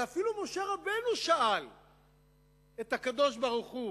ואפילו משה רבנו שאל את הקדוש-ברוך-הוא